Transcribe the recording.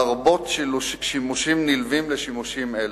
לרבות שימושים נלווים לשימושים אלה.